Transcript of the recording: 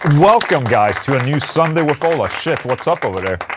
welcome, guys, to a new sunday with ola shit, what's up over there?